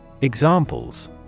Examples